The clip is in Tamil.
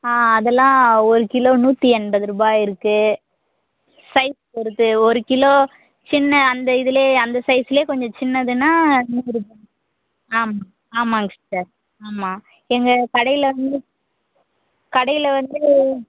ஆ அதெல்லாம் ஒரு கிலோ நூற்றி எண்பதுரூபா இருக்கு சைஸ் பொறுத்து ஒரு கிலோ சின்ன அந்த இதுல அந்த சைஸ்ல கொஞ்சம் சின்னதுன்னா என்ன சொல்லுறது ஆமாங்க ஆமாங்க சிஸ்டர் ஆமாம் எங்கள் கடையில் வந்து கடையில் வந்து